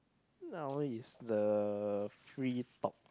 now is the free talk